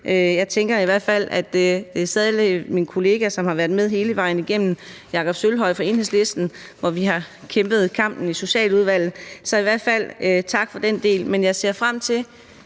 Jeg tænker her særlig på min kollega, der har været med hele vejen igennem, Jakob Sølvhøj fra Enhedslisten, og vi har kæmpet kampen i Socialudvalget, så jeg vil i hvert fald sige tak for den del. Men jeg ser frem til,